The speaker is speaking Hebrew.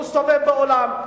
הוא מסתובב בעולם,